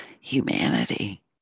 humanity